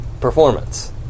performance